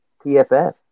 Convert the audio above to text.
TFF